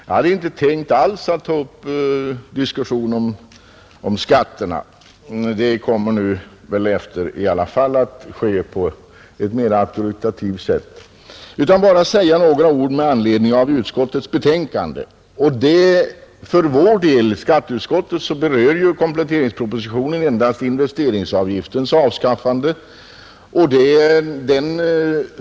Jag hade inte alls tänkt ta upp någon diskussion om skatterna — nu kommer den väl att föras så småningom i alla fall och på ett auktorisativt sätt — utan jag tänkte bara säga några ord med anledning av utskottets betänkande. För skatteutskottets del berör kompletteringspropositionen endast investeringsavgiftens avskaffande.